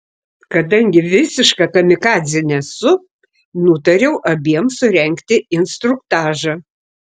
kadangi visiška kamikadzė nesu nutariau abiem surengti instruktažą